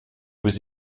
was